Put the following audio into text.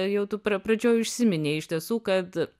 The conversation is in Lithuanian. jau tu pra pradžioj užsiminei iš tiesų kad